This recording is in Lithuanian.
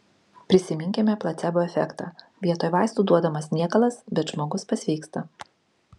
prisiminkime placebo efektą vietoj vaistų duodamas niekalas bet žmogus pasveiksta